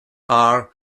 are